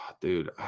dude